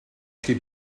chi